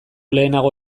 lehenago